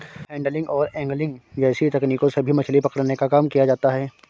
handling और angling जैसी तकनीकों से भी मछली पकड़ने का काम किया जाता है